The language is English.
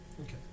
Okay